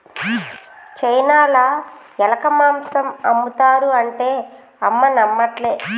చైనాల ఎలక మాంసం ఆమ్ముతారు అంటే అమ్మ నమ్మట్లే